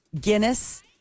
Guinness